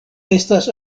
estas